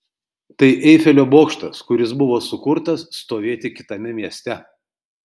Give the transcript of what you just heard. tai eifelio bokštas kuris buvo sukurtas stovėti kitame mieste